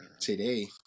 Today